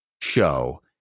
show